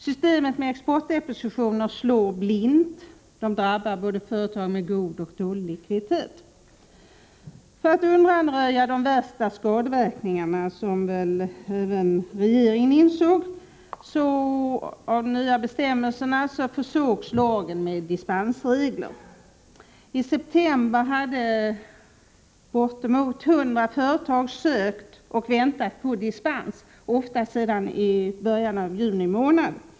Systemet med exportdepositioner slår blint och drabbar både företag med god likviditet och företag med dålig. För att undanröja de värsta skadeverkningarna av de nya bestämmelserna, som väl även regeringen insåg, försågs lagen med dispensregler. I september väntade bortemot 100 företag på dispens, många av dem sedan i början av juni månad.